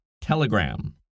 Telegram